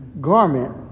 garment